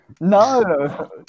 No